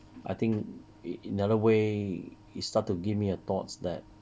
I think in another way you start to give me uh thoughts that